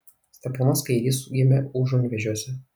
steponas kairys gimė užunvėžiuose